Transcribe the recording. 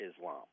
Islam